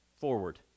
forward